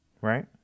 Right